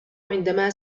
عندما